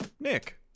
Nick